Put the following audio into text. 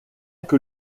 que